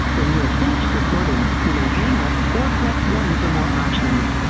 when you have finished recording, you may hang up or press one for more options.